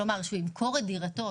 כלומר שהוא ימכור את דירתו,